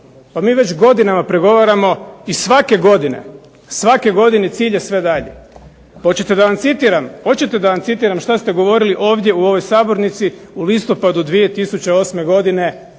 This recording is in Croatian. Pa mi već godinama pregovaramo i svake godine, svake godine cilj je sve dalji. Hoćete da vam citiram šta ste govorili ovdje u ovoj sabornici u listopadu 2008. godine,